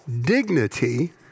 dignity